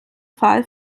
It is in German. fall